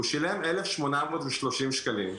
הוא שילם 1,830 שקלים,